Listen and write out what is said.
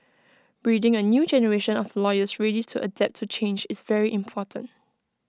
breeding A new generation of lawyers ready to adapt to change is very important